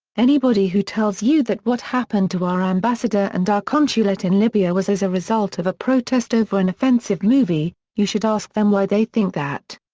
anybody who tells you that what happened to our ambassador and our consulate in libya was as a result of a protest over an offensive movie, you should ask them why they think that.